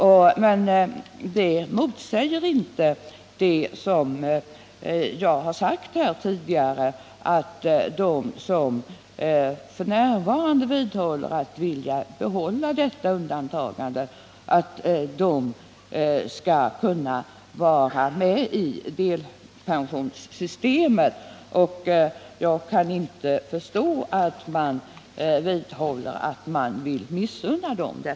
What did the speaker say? Det innebär dock, som jag tidigare sagt, inte att de som fortfarande önskar vara undantagna från ATP-anslutning inte skall kunna vara med i delpensionssystemet. Jag kan inte förstå varför man vidhåller att detta skall missunnas dem.